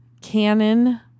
canon